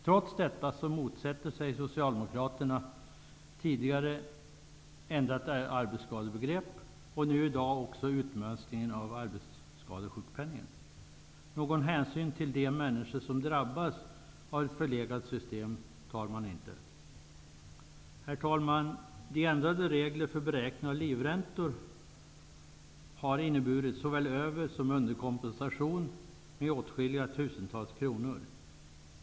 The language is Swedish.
Trots detta motsätter sig Socialdemokraterna tidigare ändrat arbetsskadebegrepp och nu i dag också utmönstringen av arbetsskadesjukpenningen. Någon hänsyn till de människor som drabbas av ett förlegat system tas inte. Herr talman! De ändrade reglerna för beräkning av livräntor har inneburit såväl över som underkompensation med åtskilliga tusentals kronor.